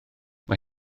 mae